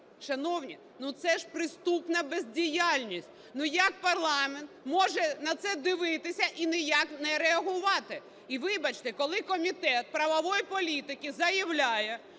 Шановні, ну, це ж преступная бездіяльність. Ну, як парламент може на це дивитися і ніяк не реагувати? І, вибачте, коли Комітет правової політики заявляє,